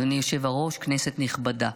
אדוני היושב-ראש, כנסת נכבדה,